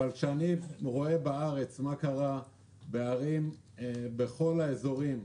כשאני רואה בארץ מה קרה בערים בכל האזורים,